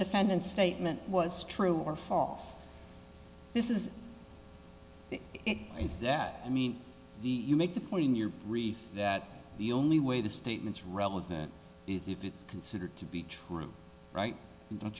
defendant statement was true or false this is it is that i mean the you make the point in your reef that the only way the statements relevant is if it's considered to be true right